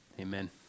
Amen